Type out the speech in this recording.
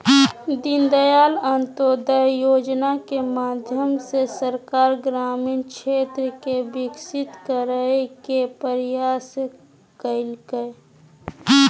दीनदयाल अंत्योदय योजना के माध्यम से सरकार ग्रामीण क्षेत्र के विकसित करय के प्रयास कइलके